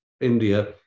India